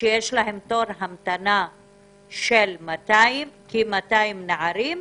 שיש להם תור המתנה של כ-200 נערים,